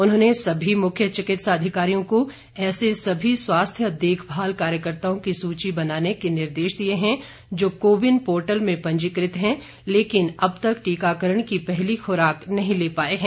उन्होंने सभी मुख्य चिकित्सा अधिकारियों को ऐसे सभी स्वास्थ्य देखभाल कार्यकर्ताओं की सूची बनाने के निर्देश दिए हैं जो कोविन पोर्टल में पंजीकृत हैं लेकिन अब तक टीकाकरण की पहली खुराक नहीं ले पाए हैं